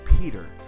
Peter